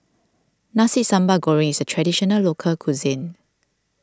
Nasi Sambal Goreng is a Traditional Local Cuisine